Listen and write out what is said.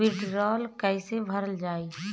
वीडरौल कैसे भरल जाइ?